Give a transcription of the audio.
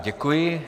Děkuji.